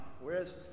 whereas